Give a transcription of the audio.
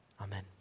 Amen